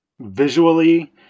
visually